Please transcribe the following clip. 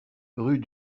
rue